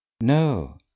No